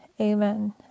Amen